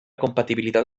compatibilitat